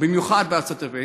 במיוחד בארצות-הברית,